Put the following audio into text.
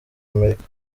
amerika